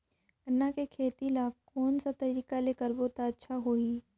गन्ना के खेती ला कोन सा तरीका ले करबो त अच्छा होही?